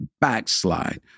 backslide